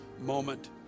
moment